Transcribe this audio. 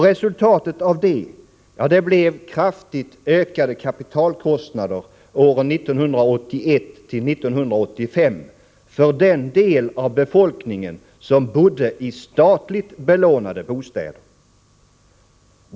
Resultatet blev kraftigt ökade kapitalkostnader åren 1981-1985 för den del av befolkningen som bodde i statligt belånade bostäder.